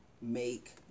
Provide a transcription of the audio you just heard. make